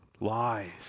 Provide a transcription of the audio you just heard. lies